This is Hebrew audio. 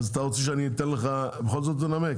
אתה רוצה שאני אתן לך בכל זאת לנמק?